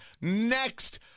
next